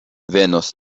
venos